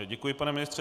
Děkuji, pane ministře.